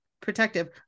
protective